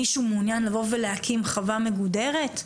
מישהו מעוניין לבוא ולהקים חוות מגדורת?